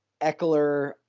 Eckler